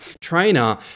trainer